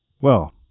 Well